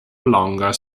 longer